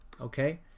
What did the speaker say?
Okay